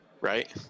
Right